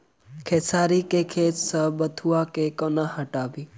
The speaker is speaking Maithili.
खेसारी केँ खेत सऽ बथुआ केँ कोना हटाबी